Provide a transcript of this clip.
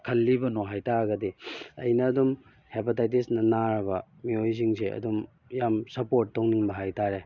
ꯈꯜꯂꯤꯕꯅꯣ ꯍꯥꯏꯇꯥꯔꯒꯗꯤ ꯑꯩꯅ ꯑꯗꯨꯝ ꯍꯦꯄꯥꯇꯥꯏꯇꯤꯁꯅ ꯅꯥꯔꯕ ꯃꯤꯑꯣꯏꯁꯤꯡꯁꯦ ꯑꯗꯨꯝ ꯌꯥꯝ ꯁꯞꯄꯣꯔꯠ ꯇꯧꯅꯤꯡꯕ ꯍꯥꯏꯇꯥꯔꯦ